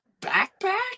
backpack